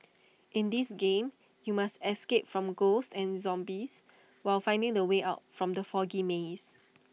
in this game you must escape from ghosts and zombies while finding the way out from the foggy maze